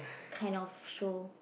kind of show